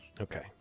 Okay